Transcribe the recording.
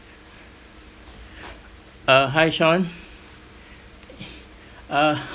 uh hi sean uh